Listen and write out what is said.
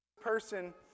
person